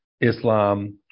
Islam